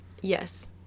yes